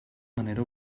manera